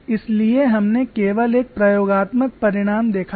इसलिए हमने केवल एक प्रयोगात्मक परिणाम देखा था